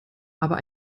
aber